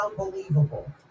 unbelievable